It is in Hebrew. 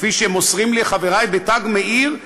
כפי שמוסרים לי חברי ב"תג מאיר",